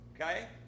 Okay